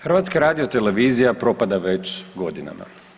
HRT propada već godinama.